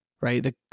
right